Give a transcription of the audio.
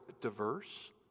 diverse